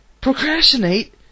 procrastinate